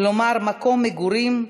כלומר מקום מגורים,